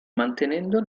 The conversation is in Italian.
mantenendo